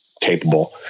capable